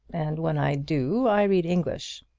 and when i do i read english.